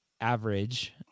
average